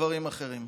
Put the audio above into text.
דברים אחרים.